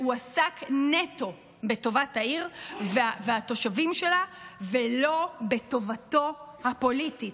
הוא עסק נטו בטובת העיר והתושבים שלה ולא בטובתו הפוליטית.